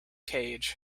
cage